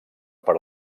per